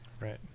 right